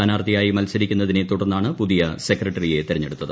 സ്ഥാനാർത്ഥിയായി മത്സരിക്കുന്നതിനെ തുടർന്നാണ് പുതിയ സെക്രട്ടറിയെ തെരഞ്ഞെടുത്തത്